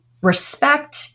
respect